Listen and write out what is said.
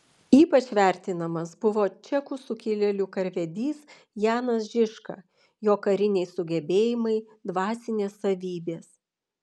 ypač vertinamas buvo čekų sukilėlių karvedys janas žižka jo kariniai sugebėjimai dvasinės savybės